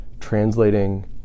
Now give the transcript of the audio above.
translating